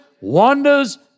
wonders